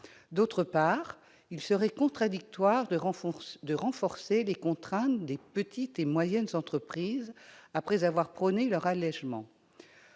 Ensuite, il serait contradictoire de renforcer les contraintes des petites et moyennes entreprises, après avoir prôné leur allégement.